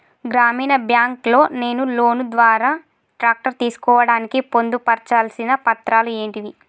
గ్రామీణ బ్యాంక్ లో నేను లోన్ ద్వారా ట్రాక్టర్ తీసుకోవడానికి పొందు పర్చాల్సిన పత్రాలు ఏంటివి?